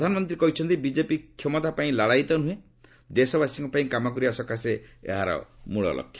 ପ୍ରଧାନମନ୍ତ୍ରୀ କହିଛନ୍ତି ବିଜେପି କ୍ଷମତାପାଇଁ ଲାଳାୟିତ ନ୍ରହେଁ ଦେଶବାସୀଙ୍କ ପାଇଁ କାମ କରିବା ସକାଶେ ଏହାର ମୂଳଲକ୍ଷ୍ୟ